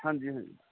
ਹਾਂਜੀ ਹਾਂਜੀ